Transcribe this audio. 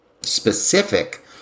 specific